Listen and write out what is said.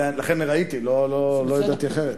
לכן ראיתי, לא ידעתי אחרת.